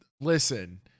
listen